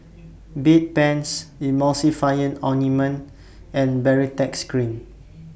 Bedpans Emulsying Ointment and Baritex Cream